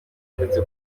ndetse